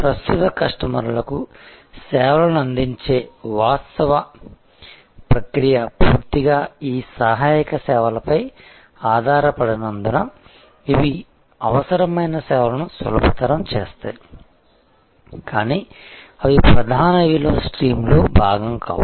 ప్రస్తుత కస్టమర్లకు సేవలను అందించే వాస్తవ ప్రక్రియ పూర్తిగా ఈ సహాయక సేవలపై ఆధారపడనందున ఇవి అవసరమైన సేవలను సులభతరం చేస్తాయి కానీ అవి ప్రధాన విలువ స్ట్రీమ్లో భాగం కావు